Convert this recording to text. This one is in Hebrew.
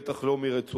בטח לא מרצועת-עזה,